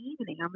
evening